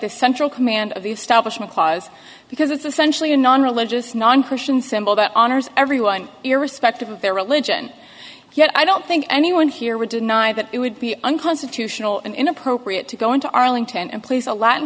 the central command of the establishment clause because it's essentially a non religious non christian symbol that honors everyone irrespective of their religion yet i don't think anyone here would deny that it would be unconstitutional and inappropriate to go into arlington and place a latin